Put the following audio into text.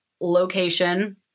location